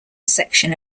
section